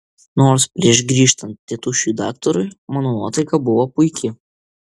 nors prieš grįžtant tėtušiui daktarui mano nuotaika buvo puiki